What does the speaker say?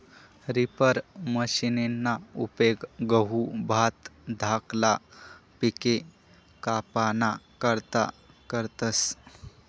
reaper मशिनना उपेग गहू, भात धाकला पिके कापाना करता करतस